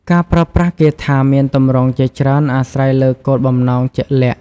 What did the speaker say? ការប្រើប្រាស់គាថាមានទម្រង់ជាច្រើនអាស្រ័យលើគោលបំណងជាក់លាក់។